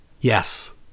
Yes